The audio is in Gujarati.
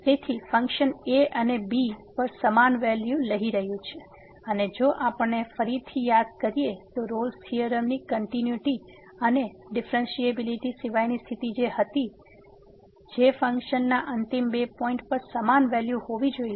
તેથી ફંકશન a અને b પર સમાન વેલ્યુ લઈ રહ્યું છે અને જો આપણે ફરીથી યાદ કરીએ તો રોલ્સRolle's થીયોરમની કંટીન્યુઇટી અને ડિફ્રેન્સીબીલીટી સિવાયની સ્થિતિ હતી જે ફંકશનના અંતિમ બે પોઈંટ પર સમાન વેલ્યુ હોવી જોઈએ